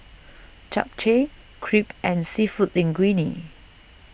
Japchae Crepe and Seafood Linguine